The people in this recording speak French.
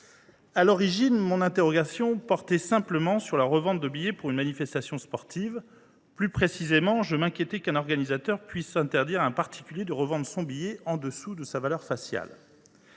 À l’origine, mon interrogation portait simplement sur la revente de billets pour une manifestation sportive. Plus précisément, je m’inquiétais qu’un organisateur puisse interdire à un particulier de revendre son billet pour un prix inférieur à la valeur faciale